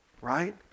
Right